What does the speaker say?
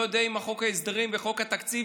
בחוק ההסדרים וחוק התקציב,